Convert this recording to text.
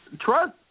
trust